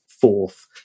fourth